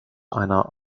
einer